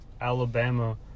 Alabama